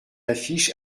affiche